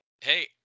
Hey